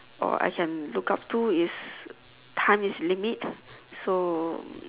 or I can look up to is time is limit so